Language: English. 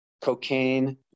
cocaine